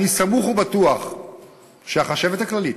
אני סמוך ובטוח שהחשבת הכללית